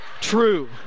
True